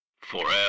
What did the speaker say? Forever